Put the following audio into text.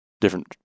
different